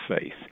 faith